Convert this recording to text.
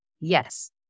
Yes